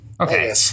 Okay